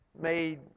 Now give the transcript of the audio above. made